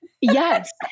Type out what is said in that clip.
Yes